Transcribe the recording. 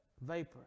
vapor